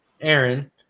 Aaron